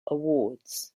awards